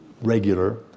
regular